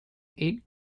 eight